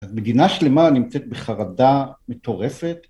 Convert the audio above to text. אז בגינה שלמה נמצאת בחרדה מטורפת.